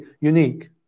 unique